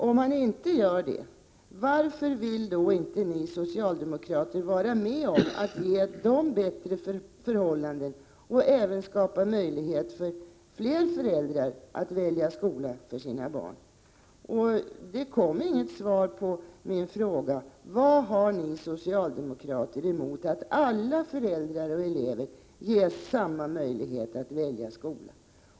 Om han inte gör det, varför vill då inte ni socialdemokrater vara med om att ge de eleverna bättre förhållanden och även skapa möjlighet för fler föräldrar att välja skola för sina barn? Jag fick inget svar på min fråga: Vad har ni socialdemokrater emot att alla föräldrar och elever ges samma möjlighet att välja skola?